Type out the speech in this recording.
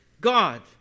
God